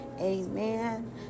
Amen